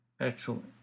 Excellent